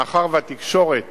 מאחר שהתקשורת